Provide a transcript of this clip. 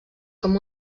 com